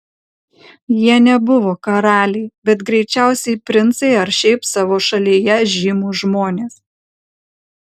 jie nebuvo karaliai bet greičiausiai princai ar šiaip savo šalyje žymūs žmonės